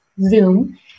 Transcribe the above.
zoom